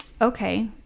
okay